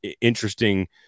interesting